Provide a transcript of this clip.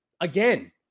Again